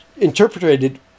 interpreted